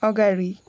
अगाडि